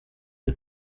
iwe